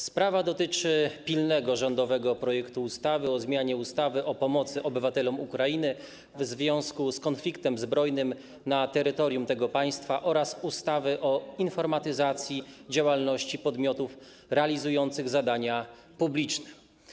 Sprawa dotyczy pilnego rządowego projektu ustawy o zmianie ustawy o pomocy obywatelom Ukrainy w związku z konfliktem zbrojnym na terytorium tego państwa oraz ustawy o informatyzacji działalności podmiotów realizujących zadania publiczne.